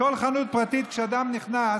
בכל חנות פרטית, כשאדם נכנס